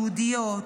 יהודיות,